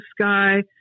sky